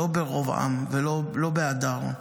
לא ברוב עם ולא בהדר,